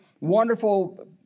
wonderful